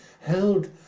held